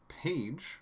Page